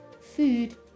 food